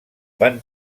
van